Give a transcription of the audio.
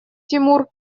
тимур